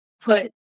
put